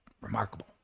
remarkable